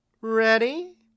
Ready